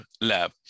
lab